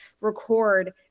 record